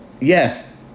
yes